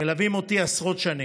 שמלווים אותי עשרות שנים.